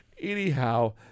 anyhow